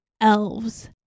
elves